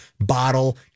bottle